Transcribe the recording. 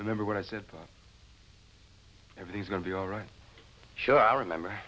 remember when i said everything's going to be alright sure i remember